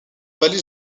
vallée